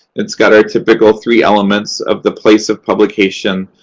it's got our typical three elements of the place of publication,